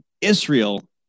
Israel